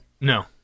no